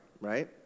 right